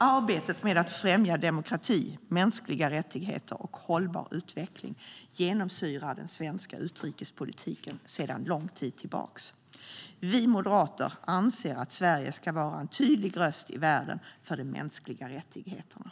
Arbetet med att främja demokrati, mänskliga rättigheter och hållbar utveckling genomsyrar den svenska utrikespolitiken sedan lång tid tillbaka. Vi moderater anser att Sverige ska vara en tydlig röst i världen för de mänskliga rättigheterna.